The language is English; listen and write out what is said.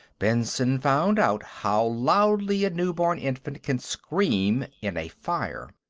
benson found out how loudly a newborn infant can scream in a fire.